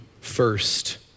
first